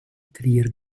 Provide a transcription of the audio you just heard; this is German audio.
trier